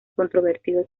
controvertido